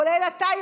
כולל אתה,